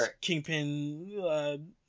kingpin